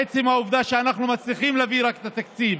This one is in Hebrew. רק עצם העובדה שאנחנו מצליחים להביא את התקציב